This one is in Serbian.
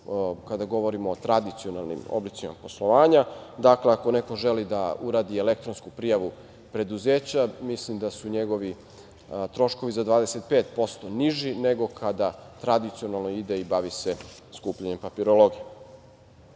kada govorimo o tradicionalnim oblicima poslovanja. Dakle, ako neko želi da uradi elektronsku prijavu preduzeća mislim da su njegovi troškovi za 25% niži nego kada tradicionalno ide i bavi se skupljanjem papirologije. Mi